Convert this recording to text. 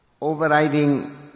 overriding